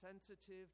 sensitive